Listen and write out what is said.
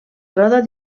roda